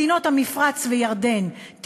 מדינות המפרץ וירדן,